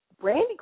Brandy